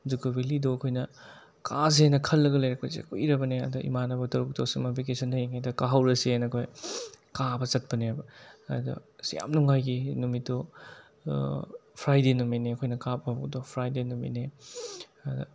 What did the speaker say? ꯖꯨꯀꯣ ꯕꯦꯂꯤꯗꯣ ꯑꯩꯈꯣꯏꯅ ꯀꯥꯁꯦꯅ ꯈꯜꯂꯒ ꯂꯩꯔꯛꯄꯁꯦ ꯀꯨꯏꯔꯕꯅꯤ ꯑꯗ ꯏꯃꯥꯅꯕ ꯁꯔꯨꯛꯇꯣ ꯁꯝꯃꯔ ꯕꯦꯀꯦꯁꯟ ꯂꯩꯔꯤꯉꯩꯗ ꯀꯥꯍꯧꯔꯁꯦꯅ ꯑꯩꯈꯣꯏ ꯀꯥꯕ ꯆꯠꯄꯅꯦꯕ ꯑꯗꯣ ꯁꯤ ꯌꯥꯝ ꯅꯨꯡꯉꯥꯏꯈꯤ ꯅꯨꯃꯤꯠꯇꯣ ꯐ꯭ꯔꯥꯏꯗꯦ ꯅꯨꯃꯤꯠꯅꯤ ꯑꯩꯈꯣꯏꯅ ꯀꯥꯕ ꯍꯧꯕꯗꯣ ꯐ꯭ꯔꯥꯏꯗꯦ ꯅꯨꯃꯤꯠꯅꯤ ꯑꯗ